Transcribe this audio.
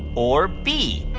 or b,